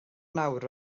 nawr